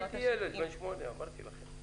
הייתי ילד בן שמונה, אמרתי לכם.